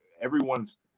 everyone's